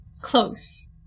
close